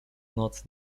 noc